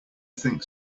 think